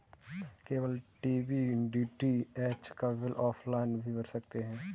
cable TV DTH का bill offline भी भर सकते हैं